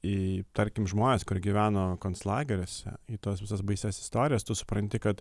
į tarkim žmones kurie gyveno konclageriuose į tuos visas baisias istorijas tu supranti kad